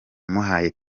umuhaye